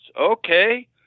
Okay